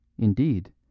Indeed